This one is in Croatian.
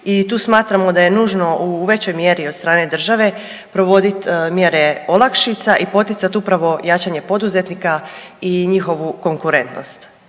I tu smatramo da je nužno u većoj mjeri od strane države provodit mjere olakšica i poticat upravo jačanje poduzetnika i njihovu konkurentnost,